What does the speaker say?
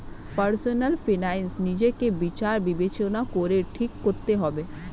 personal finance নিজেকে বিচার বিবেচনা করে ঠিক করতে হবে